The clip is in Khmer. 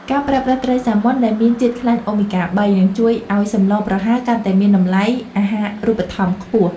ការប្រើប្រាស់ត្រីសាម៉ុនដែលមានជាតិខ្លាញ់អូមេហ្គាបីនឹងជួយឱ្យសម្លប្រហើរកាន់តែមានតម្លៃអាហារូបត្ថម្ភខ្ពស់។